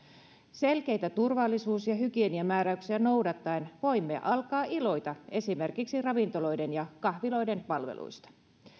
selkeitä turvallisuus ja hygieniamääräyksiä noudattaen voimme alkaa iloita esimerkiksi ravintoloiden ja kahviloiden palveluista